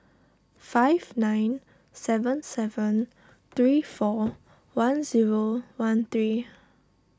five nine seven seven three four one zero one three